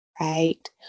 right